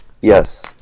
Yes